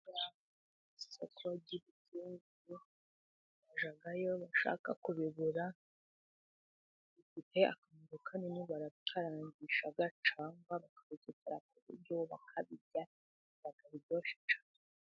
Isoko ry'ibitunguru ujyayo ushaka kubigura, bifite akamaro kanini barabikarangisha cyangwa bakabikatira ku biryo bakabirya, biba biryoshye cyane.